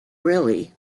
really